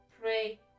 pray